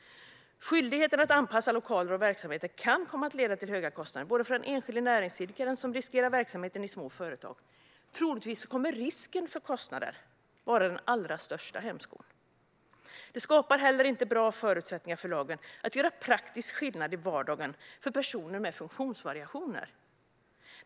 Skyldigheten att anpassa lokaler och verksamheter kan komma att leda till höga kostnader för den enskilde näringsidkaren som riskerar verksamheten i små företag. Troligtvis kommer risken för kostnader att vara den största hämskon. Det skapar heller inte en bra förutsättning för lagen att göra praktisk skillnad i vardagen för personer med funktionsvariationer.